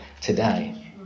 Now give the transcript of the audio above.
today